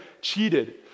cheated